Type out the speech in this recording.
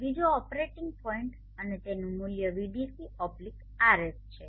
બીજો operating point અને તેનું મૂલ્ય Vdc RS છે